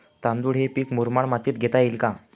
तांदूळ हे पीक मुरमाड मातीत घेता येईल का?